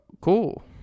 cool